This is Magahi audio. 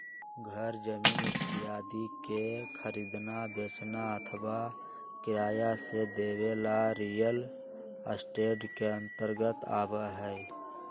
घर जमीन इत्यादि के खरीदना, बेचना अथवा किराया से देवे ला रियल एस्टेट के अंतर्गत आवा हई